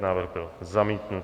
Návrh byl zamítnut.